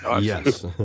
Yes